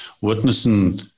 witnessing